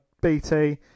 BT